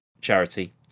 charity